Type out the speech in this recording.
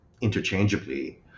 interchangeably